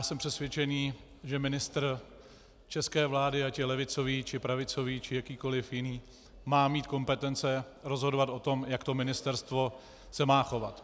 Jsem přesvědčený, že ministr české vlády, ať je levicový, pravicový, či jakýkoliv jiný, má mít kompetence rozhodovat o tom, jak se má ministerstvo chovat.